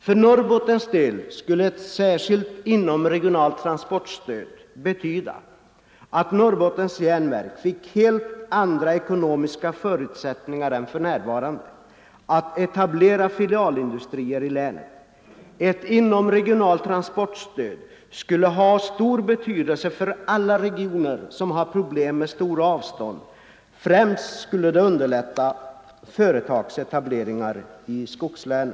För Norrbottens del skulle ett särskilt inomregionalt transportstöd betyda att Norrbottens Järnverk fick helt andra ekonomiska förutsättningar innan jag gör det vill jag framhålla att jag ställer mig helt bakom länsberedningens principiella ställningstagande. Således delar jag helt och fullt utredningens uppfattning om att huvudansvaret för den samordnade regionala samhällsplaneringen även i fortsättningen skall vara statligt. Ja, därmed skall jag nu begränsa mig till beredningens förslag om en överflyttning av Habo och Mullsjö kommuner från Skaraborgs till Jönköpings län. Utan tvivel skulle genomförandet av en sådan länsindelning innebära ett mycket svårt bakslag för utvecklingen i Skaraborgs län.